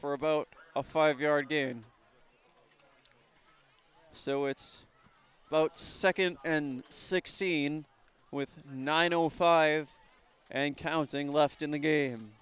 for about a five yard gain so it's about second and sixteen with nine o five and counting left in the game